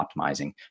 optimizing